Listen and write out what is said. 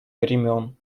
времён